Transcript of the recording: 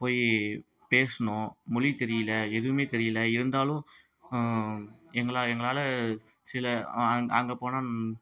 போய் பேசினோம் மொழி தெரியிலை எதுவும் தெரியிலை இருந்தாலும் எங்களால் எங்களால் சில அங் அங்கே போனால்